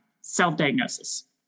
self-diagnosis